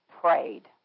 prayed